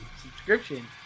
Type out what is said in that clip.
subscription